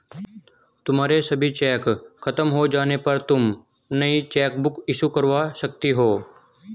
तुम्हारे सभी चेक खत्म हो जाने पर तुम नई चेकबुक इशू करवा सकती हो